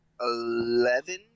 Eleven